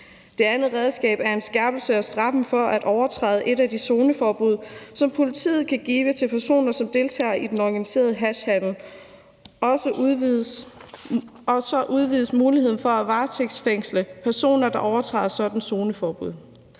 Det andet redskab er en skærpelse af straffen for at overtræde et af de zoneforbud, som politiet kan give til personer, som deltager i den organiserede hashhandel. Og så udvides muligheden for at varetægtsfængsle personer, der overtræder sådanne zoneforbud.